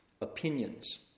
opinions